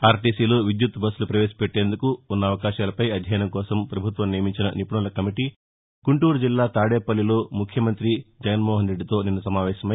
ఆర్లీసీలో విద్యుత్తు బస్సులు ప్రవేశపెట్లేందుకు ఉన్న అవకాశాలపై అధ్యయనం కోసం ప్రభుత్వం నియమించిన నిపుణుల కమిటీ గుంటూరు జిల్లా తాదేపల్లిలో ముఖ్యమంతి జగన్మోహన్రెడ్డితో నిన్న సమావేశమై